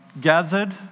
gathered